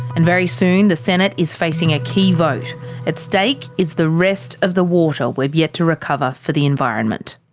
and very soon the senate is facing a key vote at stake is the rest of the water we've yet to recover for the environment.